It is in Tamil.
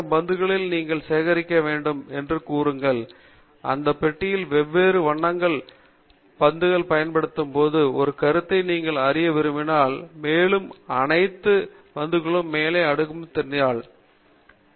1000 பந்துகளில் நீங்கள் சேகரிக்க வேண்டும் என்று கூறுங்கள் இந்த பெட்டியில் வெவ்வேறு வண்ண பந்துகளை விநியோகிப்பதைப் பற்றிய ஒரு கருத்தை நீங்கள் அறிய விரும்புகிறீர்கள் மேலும் அனைத்து நீலப் பந்துகளும் மேல் அடுக்குகளில் நிரம்பியிருந்தால் நீல பந்துகளில் நீங்கள் இந்த பெட்டியில் உள்ள அனைத்து பந்துகளிலும் நீல நிறம் என்று முடிவு செய்யலாம்